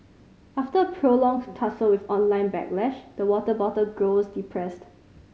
after a prolonged tussle with online backlash the water bottle grows depressed